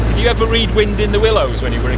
you ever read wind in the willows when you were a